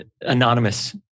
anonymous